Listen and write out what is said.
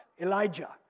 Elijah